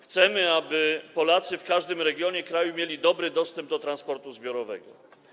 Chcemy, aby Polacy w każdym regionie kraju mieli dobry dostęp do transportu zbiorowego.